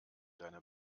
deine